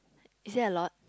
is there a lot